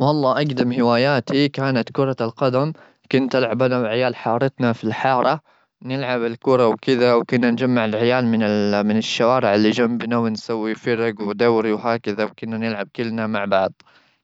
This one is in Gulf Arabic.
والله، أجدم هواياتي كانت كرة القدم. كنت ألعب أنا وعيال حارتنا في الحارة، نلعب الكرة وكذا. وكنا نجمع العيال من ال-من الشوارع اللي جنبنا، وفرج ودوري وهكذا. وكنا نلعب كلنا مع بعض،